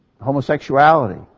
homosexuality